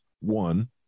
one